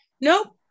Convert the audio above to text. Nope